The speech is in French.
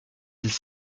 dix